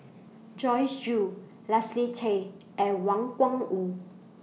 Joyce Jue Leslie Tay and Wang Gungwu